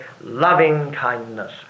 loving-kindness